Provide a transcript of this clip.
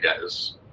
guys